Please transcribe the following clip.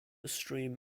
stream